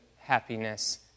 happiness